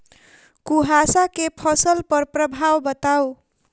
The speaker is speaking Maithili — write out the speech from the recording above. कुहासा केँ फसल पर प्रभाव बताउ?